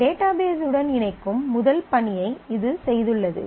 database உடன் இணைக்கும் முதல் பணியை இது செய்துள்ளது